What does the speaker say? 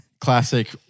classic